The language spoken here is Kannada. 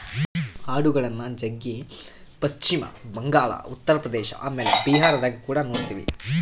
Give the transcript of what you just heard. ಆಡುಗಳ್ನ ಜಗ್ಗಿ ಪಶ್ಚಿಮ ಬಂಗಾಳ, ಉತ್ತರ ಪ್ರದೇಶ ಆಮೇಲೆ ಬಿಹಾರದಗ ಕುಡ ನೊಡ್ತಿವಿ